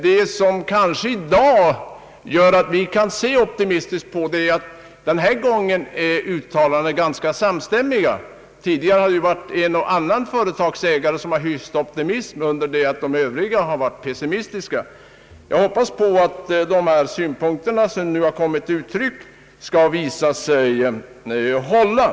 Det som kanske i dag gör att vi kan se optimistiskt på detta är att uttalandena denna gång är ganska samstämmiga. Tidigare är det en och annan företagsägare, som hyst optimism, under det att de övriga har varit pessimistiska. Jag hoppas att de synpunkter som nu har kommit till uttryck skall visa sig hålla. Ang.